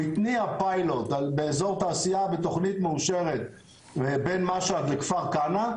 הוא התניע פיילוט באזור תעשייה בתוכנית מאושרת בין משהד לכפר כנא,